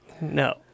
No